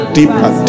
deeper